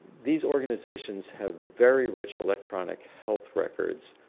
these organizations have very rich electronic health records